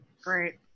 Great